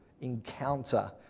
encounter